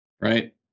right